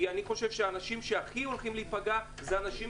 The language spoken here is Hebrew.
כי אני חושב שהאנשים שהכי הולכים להיפגע זה אנשים